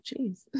Jeez